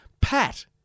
Pat